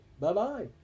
Bye-bye